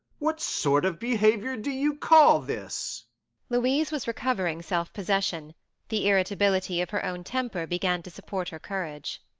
what sort of behaviour do you call this louise was recovering self-possession the irritability of her own temper began to support her courage.